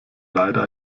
leider